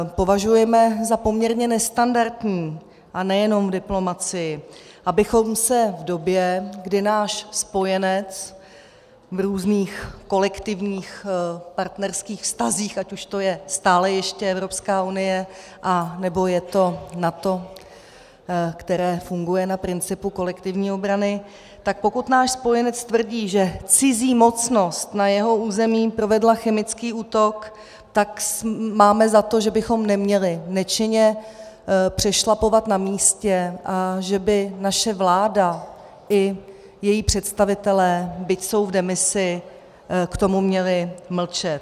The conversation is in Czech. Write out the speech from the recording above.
Považujeme za poměrně nestandardní, a nejenom v diplomacii, abychom se v době, kdy náš spojenec v různých kolektivních partnerských vztazích, ať už to je stále ještě Evropská unie, nebo je to NATO, které funguje na principu kolektivní obrany, tak pokud náš spojenec tvrdí, že cizí mocnost na jeho území provedla chemický útok, tak máme za to, že bychom neměli nečinně přešlapovat na místě a že by naše vláda i její představitelé, byť jsou v demisi, k tomu neměli mlčet.